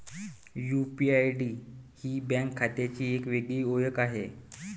UPI ID ही bank खात्याची एक वेगळी ओळख आहे